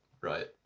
right